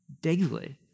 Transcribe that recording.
daily